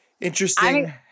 Interesting